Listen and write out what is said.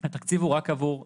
התקציב הוא רק עבור סטודנטים.